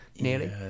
Nearly